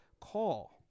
call